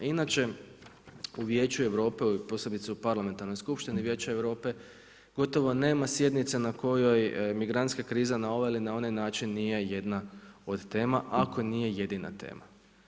Inače u Vijeću Europe posebice u Parlamentarnoj skupštini Vijeća Europe gotovo nema sjednice na kojoj migrantska kriza na ovaj ili na onaj način nije jedna od tema, ako nije jedina tema.